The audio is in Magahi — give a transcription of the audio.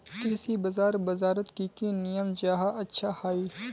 कृषि बाजार बजारोत की की नियम जाहा अच्छा हाई?